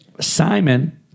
Simon